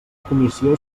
comissió